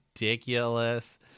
ridiculous